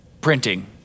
printing